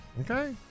Okay